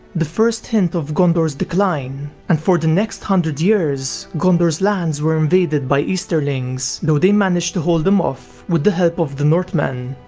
the first hint of gondor's decline, and for the next one hundred years gondor's lands were invaded by easterlings though they managed to hold them off with the help of the northmen.